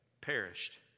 perished